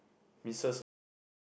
Mrs Ang